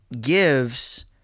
gives